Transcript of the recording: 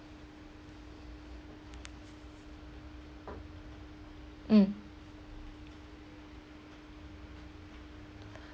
mm